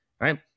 right